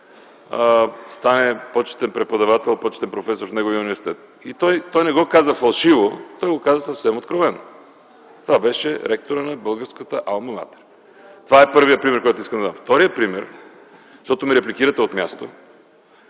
стане почетен преподавател, почетен професор в неговия университет. Той не го каза фалшиво, а съвсем откровено. Това беше ректорът на българската Алма матер. Това е първият пример, който искам да дам. (Реплики от КБ.) Вторият пример, защото ме репликирате от място,